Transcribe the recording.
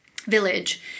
village